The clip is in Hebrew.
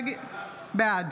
בעד